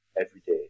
everyday